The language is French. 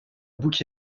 bouc